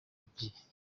ibyihebe